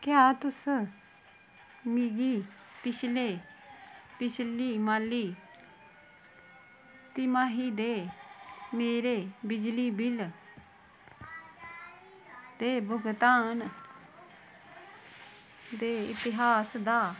क्या तुस मिगी पिछले पिछली माली तिमाही दे मेरे बिजली बिल दे भुगतान दे इतिहास दा